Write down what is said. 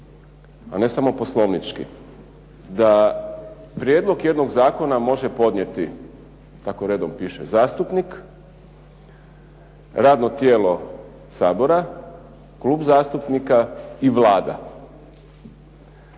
a ne samo poslovnički da prijedlog jednog zakona može podnijeti, kako redom piše, zastupnik, radno tijelo Sabora, klub zastupnika i Vlada.